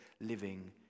living